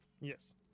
yes